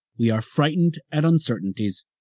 we are frightened at uncertainties,